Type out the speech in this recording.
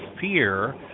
fear